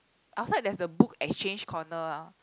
outside there's a book exchange corner